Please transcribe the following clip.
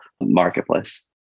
marketplace